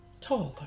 taller